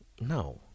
no